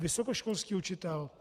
Vysokoškolský učitel.